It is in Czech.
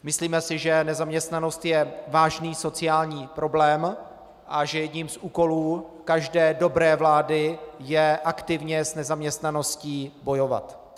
Myslíme si, že nezaměstnanost je vážný sociální problém a že jedním z úkolů každé dobré vlády je aktivně s nezaměstnaností bojovat.